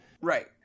Right